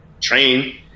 train